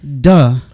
Duh